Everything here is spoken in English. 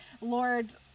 Lord